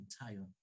entire